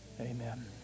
Amen